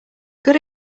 good